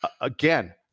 again